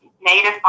native